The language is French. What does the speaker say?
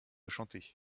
chanter